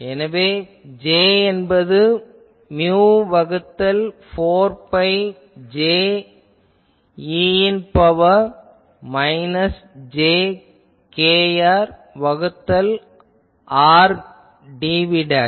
எனவே A என்பது mu வகுத்தல் 4 பை பெருக்கல் J e இன் பவர் மைனஸ் j kR வகுத்தல் R dv